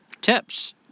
tips